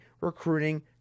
recruiting